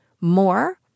More